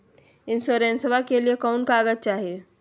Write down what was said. इंसोरेंसबा के लिए कौन कागज चाही?